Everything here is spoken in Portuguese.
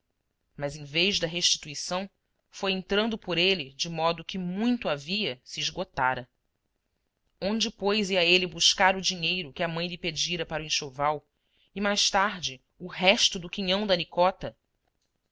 mas em vez da restituição foi entrando por ele de modo que muito havia se esgotara onde pois ia ele buscar o dinheiro que a mãe lhe pedira para o enxoval e mais tarde o resto do quinhão da nicota